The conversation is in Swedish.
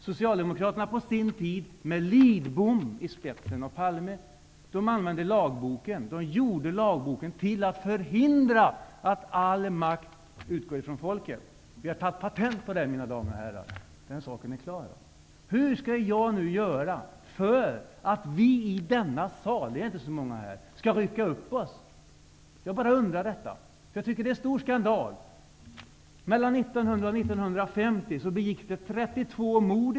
Socialdemokraterna med Lidbom och Palme i spetsen använde på sin tid lagboken för att förhindra att all makt utgick från folket. Vi har tagit patent på det. Den saken är klar. Hur skall jag nu göra för att vi i denna sal, det är inte så många här, skall rycka upp oss? Jag bara undrar. Jag tycker att det är stor skandal.